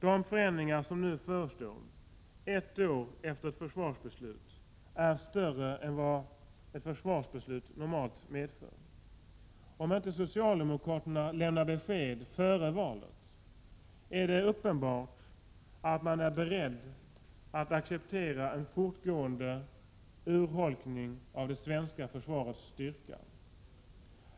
De förändringar som nu förestår, ett år efter ett försvarsbeslut, är större än vad ett försvarsbeslut normalt medför. Om inte socialdemokraterna lämnar besked före valet, är det uppenbart att de är beredda att acceptera en fortgående urholkning av det svenska försvarets styrka.